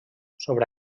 sobre